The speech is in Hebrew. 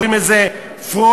קוראים לזה "פרוגי",